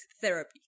therapy